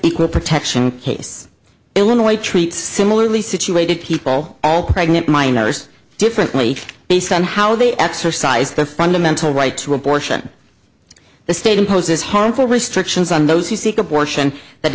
equal protection case illinois treat similarly situated people all pregnant minors differently based on how they exercised their fundamental right to abortion the state imposes harmful restrictions on those who seek abortion that